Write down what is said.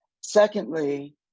Secondly